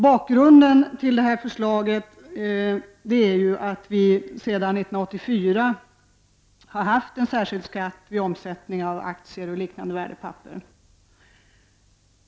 Bakgrunden till detta förslag är att det sedan 1984 har funnits en särskild skatt på omsättningen av aktier och liknande värdepapper.